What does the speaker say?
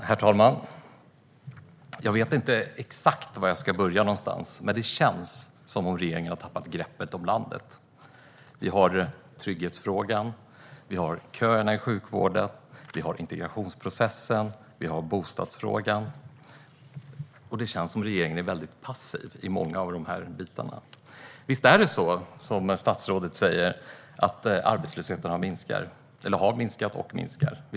Herr talman! Jag vet inte exakt var jag ska börja, men det känns som om regeringen har tappat greppet om landet. Vi har trygghetsfrågan, köerna i sjukvården, integrationsprocessen och bostadsfrågan. Regeringen känns väldigt passiv i många av dessa frågor. Statsrådet säger att arbetslösheten har minskat och minskar, och visst är det så.